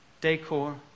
decor